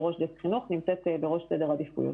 ראש דסק חינוך נמצאת בראש סדר העדיפויות.